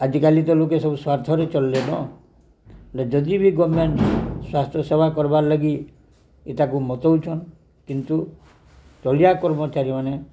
ଆଜିକାଲି ତ ଲୋକ ଏ ସବୁ ସ୍ଵାର୍ଥରେ ଚାଲିଲେନ ହେଲେ ଯଦି ବି ଗଭର୍ଣ୍ଣମେଣ୍ଟ ସ୍ୱାସ୍ଥ୍ୟ ସେବା କର୍ବାର୍ ଲାଗି ଏ ତାକୁ ମତଉଛନ୍ କିନ୍ତୁ ଚଳିଆ କର୍ମଚାରୀମାନେ